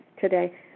today